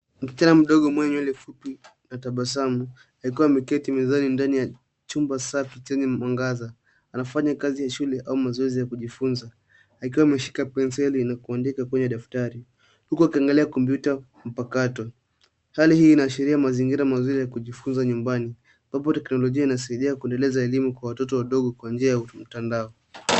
Msichana mdogo mwenye nywele fupi na tabasamu, akiwa ameketi mezani ndani ya chumba safi chenye mwangaza, anafanya kazi ya shule au mazoezi ya kujifunza, akiwa ameshika penseli na kuandika kwenye daftari, huku akiangalia kompyuta mpakato. Hali hii inaashiria mazingira mazuri ya kujifunza nyumbani. Kwa hivyo teknolojia inasaidia kuendelesha elimu kwa watoto wadogo kwa njia ya mtandao.